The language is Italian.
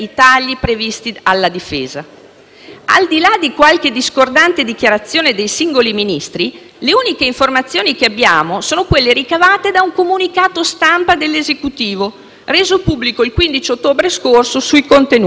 Al di là di qualche discordante dichiarazione dei singoli Ministri, le uniche informazioni che abbiamo sono quelle ricavate da un comunicato stampa dell'Esecutivo, reso pubblico il 15 ottobre scorso, sui contenuti del disegno di legge di bilancio.